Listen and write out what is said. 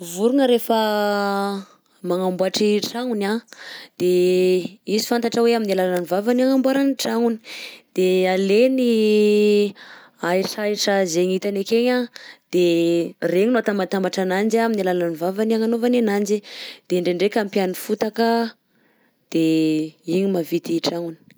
Vorogna rehefa magnamboatra i tragnony anh de izy fantatra hoe amin'ny alaln'ny vavany ny agnamboarany tragnony de alainy ahitrahitra zaigny hitany akegny anh de regny no atambatambatra ananjy anh amin'ny alalan'ny vavany ny agnanovany ananky de ndraindraika ampiany fotaka de igny mahavita i tragnony.